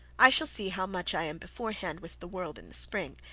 i shall see how much i am before-hand with the world in the spring,